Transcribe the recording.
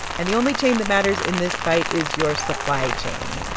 and the only chain that matters in this fight is your supply chain.